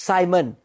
Simon